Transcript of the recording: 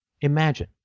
Imagine